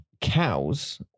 cows